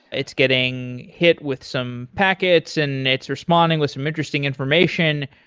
it's getting hit with some packets and it's responding with some interesting information,